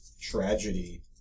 tragedy